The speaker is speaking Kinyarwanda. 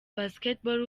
basketball